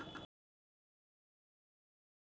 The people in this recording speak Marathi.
आर्थिक लेखामा बोर्डनं काम एकदम स्वतंत्र काम शे